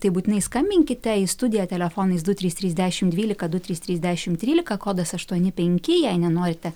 tai būtinai skambinkite į studiją telefonais du trys trys dešim dvylika du trys trys dešim trylika kodas aštuoni penki jei nenorite